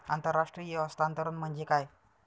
आंतरराष्ट्रीय हस्तांतरण म्हणजे काय?